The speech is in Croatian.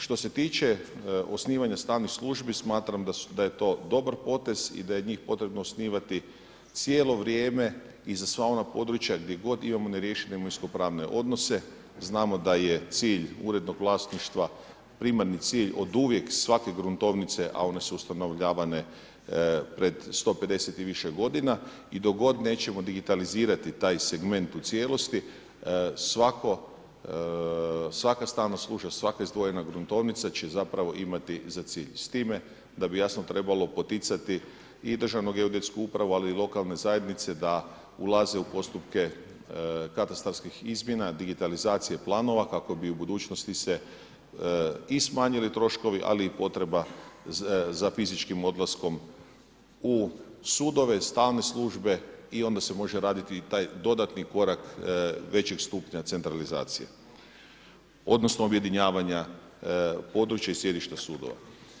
Što se tiče osnivanja stalnih službi smatram da je to dobar potez i da je njih potrebno osnivati cijelo vrijeme i za sva ona područja gdje god imamo neriješene imovinsko-pravne odnose znamo da je cilj urednog vlasništva primarni cilj od uvijek svake gruntovnice, a one su ustanovljavane pred 150 i više godina i dok god nećemo digitalizirati taj segment u cijelosti svaka stalna služba, svaka izdvojena gruntovnica će zapravo imati za cilj, s time da bi zapravo trebalo poticati i Državno-geodetsku upravu, ali i lokalne zajednice da ulaze u postupke katastarskih izmjena digitalizacije planova kako bi u budućnosti se i smanjili troškovi ali i potreba za fizičkim odlaskom u sudove, stalne službe i onda se može raditi taj dodatni korak većeg stupnja centralizacije odnosno objedinjavanja područja i sjedišta sudova.